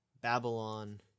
Babylon